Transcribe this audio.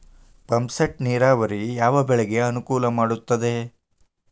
Pump set ನೇರಾವರಿ ಯಾವ್ ಬೆಳೆಗೆ ಅನುಕೂಲ ಮಾಡುತ್ತದೆ?